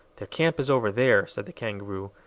their camp is over there, said the kangaroo,